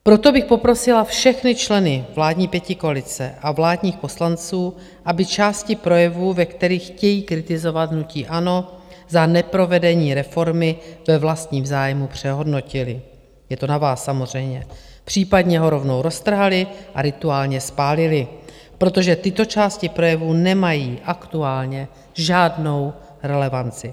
Proto bych poprosila všechny členy vládní pětikoalice a vládní poslance, aby části projevů, ve kterých chtějí kritizovat hnutí ANO za neprovedení reformy, ve vlastním zájmu přehodnotili, je to na vás samozřejmě, případně ho rovnou roztrhali a rituálně spálili, protože tyto části projevu nemají aktuálně žádnou relevanci.